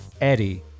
eddie